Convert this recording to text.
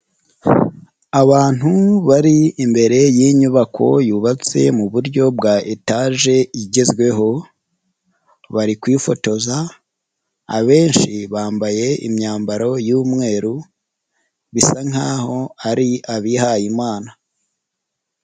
Abantu bari imbere y'inyubako, yubatse mu buryo bwa etaje igezweho, bari kwifotoza, abenshi bambaye imyambaro y'umweru, bisa nkaho ari abihaye Imana.